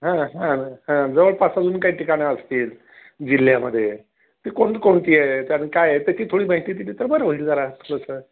हां हां हां जवळपास अजून काही ठिकाणं असतील जिल्ह्यामध्ये ते कोणकोणती आहे आणि काय आहे त्याची थोडी माहिती दिली तर बरं होईल जारा थोडंसं